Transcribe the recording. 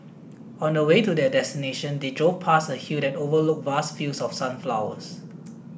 on the way to their destination they drove past a hill that overlook vast fields of sunflowers